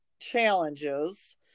challenges